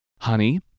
Honey